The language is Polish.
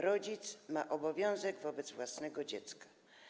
Rodzic ma obowiązek wobec własnego dziecka.